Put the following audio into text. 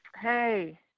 Hey